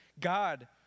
God